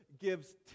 gives